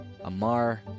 Amar